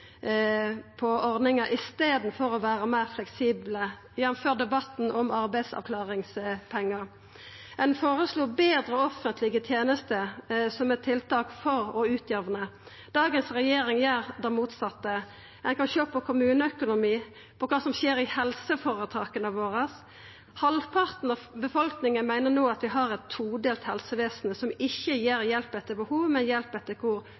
på ordninga i staden for å vera meir fleksibel, jamfør debatten om arbeidsavklaringspengar. Ein føreslo betre offentlege tenester som eit tiltak for å utjamna. Dagens regjering gjer det motsette. Ein kan sjå på kommuneøkonomien, på kva som skjer i helseføretaka våre. Halvparten av befolkninga meiner no at vi har eit todelt helsevesen som ikkje gir hjelp etter behov, men hjelp etter kor